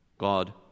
God